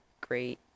great